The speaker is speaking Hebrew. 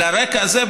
על הרקע הזה,